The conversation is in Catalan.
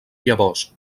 llavors